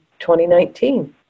2019